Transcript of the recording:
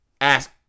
Ask